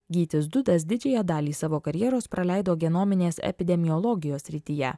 gytis dudas didžiąją dalį savo karjeros praleido genominės epidemiologijos srityje